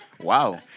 Wow